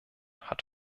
hat